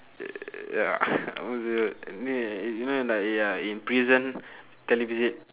ya what's that ini you know like you are in prison televisit